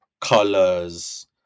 colors